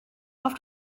auf